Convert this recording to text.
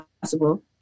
possible